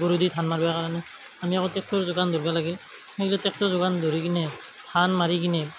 গৰুই দি ধান মাৰবাৰ কাৰণে আমি আকৌ ট্ৰেক্টৰৰ যোগান ধৰবা লাগে সেইগিলা ট্ৰেক্টৰ যোগান ধৰি কিনে ধান মাৰি কিনে